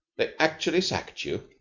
they actually sacked you?